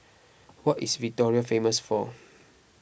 what is Victoria famous for